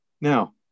Now